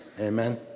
Amen